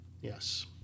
Yes